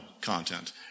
content